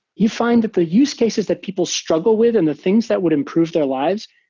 you find that the use cases that people struggle with and the things that would improve their lives,